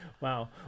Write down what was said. wow